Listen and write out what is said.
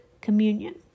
Communion